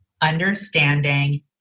understanding